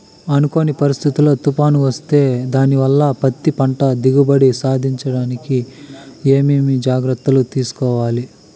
అనుకోని పరిస్థితుల్లో తుఫాను వస్తే దానివల్ల పత్తి పంట దిగుబడి సాధించడానికి ఏమేమి జాగ్రత్తలు తీసుకోవాలి?